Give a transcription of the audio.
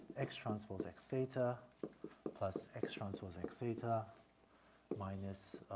x transpose x theta but plus x transpose x theta minus,